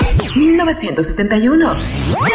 1971